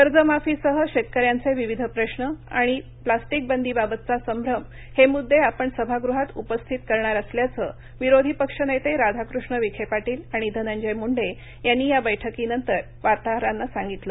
कर्जमाफीसह शेतकऱ्यांचे विविध प्रश्न आणि प्लास्टिक बंदीबाबतचा संभ्रम हे मुद्दे आपण सभागृहात उपस्थित करणार असल्याचं विरोधीपक्ष नेते राधाकृष्ण विखे पाटील आणि धनंजय मुंडे यांनी या बैठकीनंतर वार्ताहरांना सांगितलं